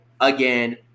again